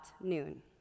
noon